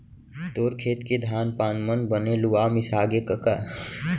तोर खेत के धान पान मन बने लुवा मिसागे कका?